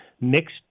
mixed